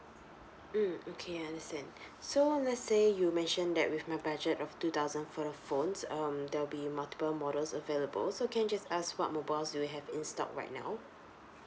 mm okay understand so lets say you mention that with my budget of two thousand for the phones um there'll be multiple models available so can I just ask what mobile do you have in stock right now